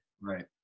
Right